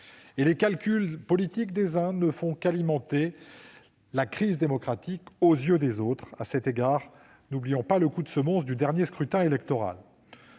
Les calculs politiques des uns ne font qu'alimenter la crise démocratique aux yeux des autres ; à cet égard, n'oublions pas le coup de semonce du dernier scrutin électoral.